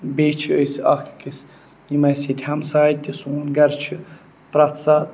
بیٚیہِ چھِ أسۍ اَکھ أکِس یِم اَسہِ ییٚتہِ ہَمساے تہِ سون گَرٕ چھِ پرٛٮ۪تھ ساتہٕ